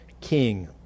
king